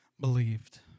believed